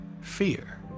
fear